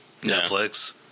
Netflix